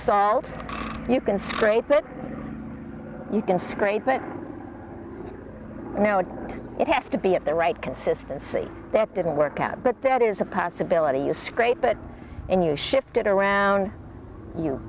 you can scrape it you can scrape but it has to be at the right consistency that didn't work out but that is a possibility you scrape it and you shifted around you